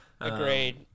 Agreed